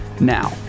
Now